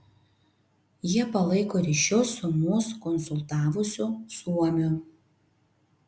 jie palaiko ryšius su mus konsultavusiu suomiu